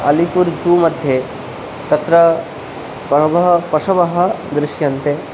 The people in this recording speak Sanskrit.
अलिपुर् ज़ू मध्ये तत्र पशवः पशवः दृश्यन्ते